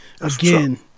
again